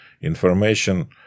Information